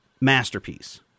masterpiece